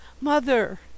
Mother